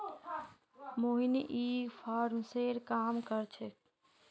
मोहिनी ई कॉमर्सेर काम कर छेक्